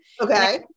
Okay